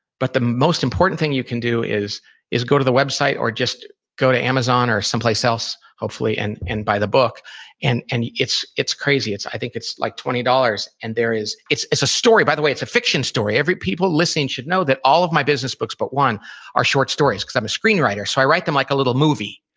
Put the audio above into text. but the most important thing you can do is is go to the web site or just go to amazon or someplace else, hopefully, and and buy the book and and it's it's crazy. i think it's like twenty dollars. and it's it's a story! by the way, it's a fiction story. every people listening should know that all of my business books but one are short stories. because i'm a screenwriter, so i write them like a little movie.